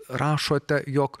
rašote jog